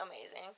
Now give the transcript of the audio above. amazing